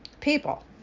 people